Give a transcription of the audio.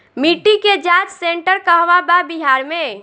मिटी के जाच सेन्टर कहवा बा बिहार में?